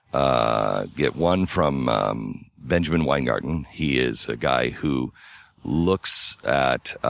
i get one from um benjamin weingarten, he is a guy who looks at